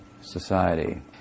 society